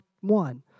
one